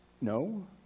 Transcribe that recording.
No